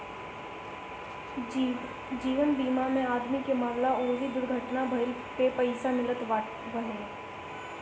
जीवन बीमा में आदमी के मरला अउरी दुर्घटना भईला पे पईसा मिलत हवे